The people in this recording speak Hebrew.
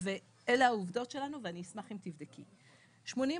אלה העובדות שלנו ואני אשמח אם תבדקי אותי.